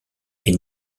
est